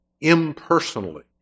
impersonally